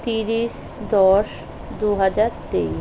তিরিশ দশ দু হাজার তেইশ